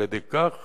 על-ידי כך